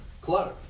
clutter